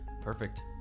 Perfect